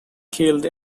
killed